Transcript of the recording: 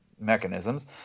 Mechanisms